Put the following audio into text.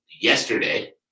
yesterday